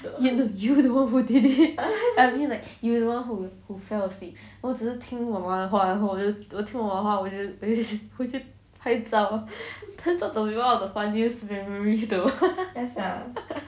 you you the one who did it I mean like you the one who fell asleep 我只是听妈妈的话然后我就听妈妈的话我就我就拍照 turns out to be one of the funniest memory though